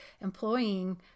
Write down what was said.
employing